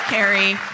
Carrie